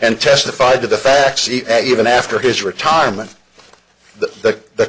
and testified to the facts even after his retirement that the